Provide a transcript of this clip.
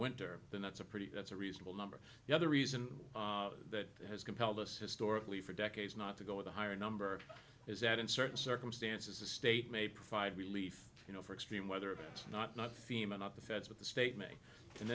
winter then that's a pretty that's a reasonable number the other reason that has compelled us historically for decades not to go with a higher number is that in certain circumstances the state may provide relief you know for extreme weather events not not fema not the feds with the statement and